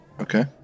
Okay